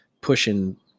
pushing